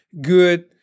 good